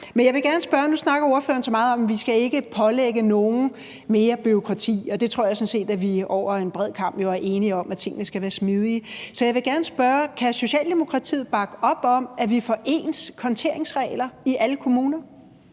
vi jo også her. Nu snakker ordføreren så meget om, at vi ikke skal pålægge nogen mere bureaukrati, og det tror jeg sådan set vi over en bred kam jo er enige om, altså at tingene skal være smidige. Så jeg vil gerne spørge om noget: Kan Socialdemokratiet bakke op om, at vi får ens konteringsregler i alle kommuner?